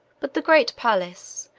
but the great palace,